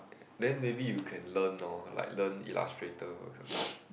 then maybe you can learn loh like learn illustrator or something